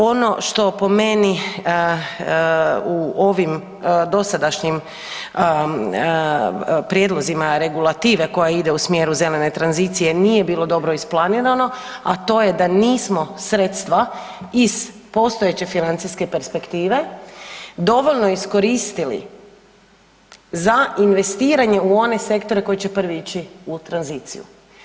Ono što po meni u ovim dosadašnjim prijedlozima regulative koja ide u smjeru zelene tranzicije nije bilo dobro isplanirano, a to je da nismo sredstva iz postojeće financijske perspektive dovoljno iskoristili za investiranje u one sektore koji će prvi ići u tranziciju.